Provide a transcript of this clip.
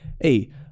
Hey